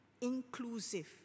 inclusive